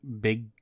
big